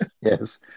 Yes